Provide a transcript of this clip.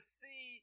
see